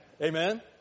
Amen